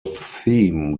theme